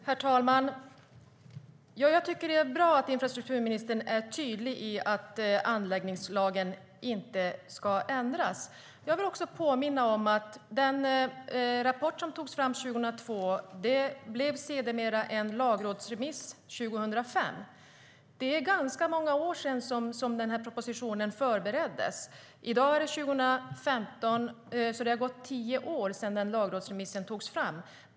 Herr talman! Det är bra att infrastrukturministern är tydlig med att anläggningslagen inte ska ändras. Låt mig påminna om att den rapport som togs fram 2002 blev en lagrådsremiss 2005. Det är alltså ganska många år sedan denna proposition förbereddes. I år är det 2015, så det har gått tio år sedan denna lagrådsremiss togs fram.